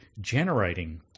generating